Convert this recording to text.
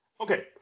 Okay